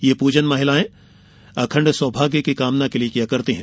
यह पूजन महिलाए अखण्ड सौभाग्य की कामना के लिए करती हैं